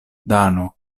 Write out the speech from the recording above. dano